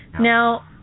Now